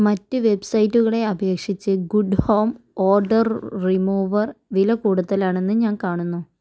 മറ്റ് വെബ്സൈറ്റുകളെ അപേക്ഷിച്ച് ഗുഡ് ഹോം ഓഡർ റിമൂവർ വില കൂടുതലാണെന്ന് ഞാൻ കാണുന്നു